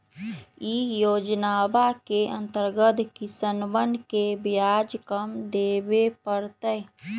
ई योजनवा के अंतर्गत किसनवन के ब्याज कम देवे पड़ तय